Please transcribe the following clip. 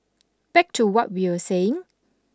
back to what we were saying